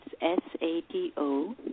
S-A-D-O